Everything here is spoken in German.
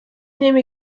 nehme